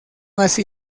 así